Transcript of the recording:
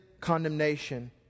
condemnation